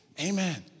Amen